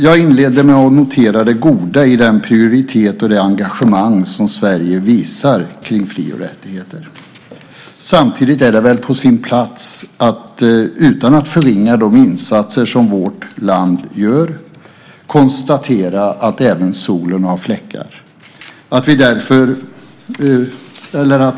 Jag inleder med att notera det goda i den prioritet och det engagemang som Sverige visar kring fri och rättigheter. Samtidigt är det på sin plats att utan att förringa de insatser som vårt land gör konstatera att även solen har fläckar.